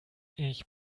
ich